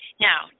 Now